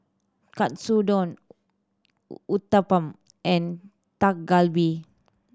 Katsudon Uthapam and Dak Galbi